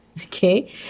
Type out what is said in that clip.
Okay